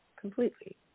completely